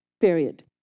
period